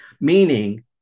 meaning